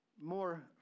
more